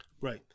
right